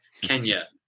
Kenya